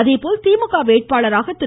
அதேபோல் திமுக வேட்பாளராக திரு